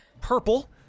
purple